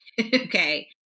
okay